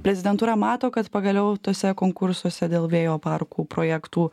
prezidentūra mato kad pagaliau tuose konkursuose dėl vėjo parkų projektų